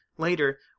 Later